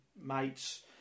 mates